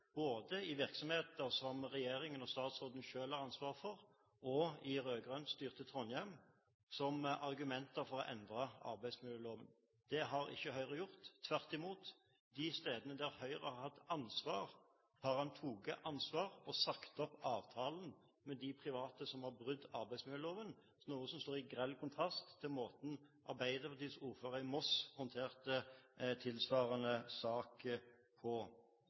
både i virksomheter som regjeringen og statsråden selv har ansvar for, og i rød-grønt-styrte Trondheim, som argumenter for å endre arbeidsmiljøloven. Det har ikke Høyre gjort. Tvert imot: De stedene der Høyre har hatt ansvar, har man tatt ansvar og sagt opp avtalen med de private som har brutt arbeidsmiljøloven, noe som står i kontrast til den grelle måten Arbeiderpartiets ordfører i Moss håndterte tilsvarende sak på.